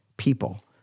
people